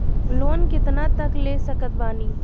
Loan कितना तक ले सकत बानी?